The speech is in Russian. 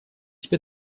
себя